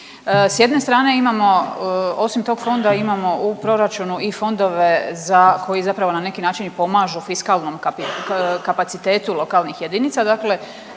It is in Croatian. S jedne strane imamo, osim tog fonda imamo u proračunu i fondove koji zapravo na neki način i pomažu fiskalnom kapacitetu lokalnih jedinica.